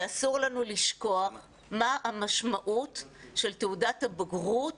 ואסור לנו לשכוח מה המשמעות של תעודת הבגרות